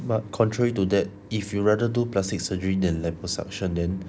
but contrary to that if you rather do plastic surgery than liposuction then